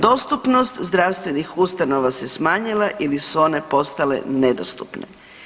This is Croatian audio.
Dostupnost zdravstvenih ustanova se smanjila ili su one postale nedostupne.